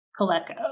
Coleco